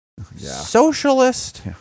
Socialist